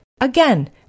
again